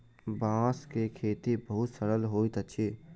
बांस के खेती बहुत सरल होइत अछि